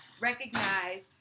recognize